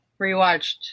Rewatched